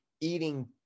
eating